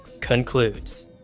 concludes